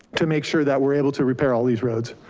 to make sure that we're able to repair all these roads.